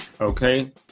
okay